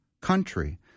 country